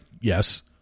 Yes